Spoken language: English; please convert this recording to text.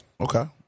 Okay